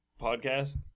podcast